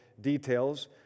details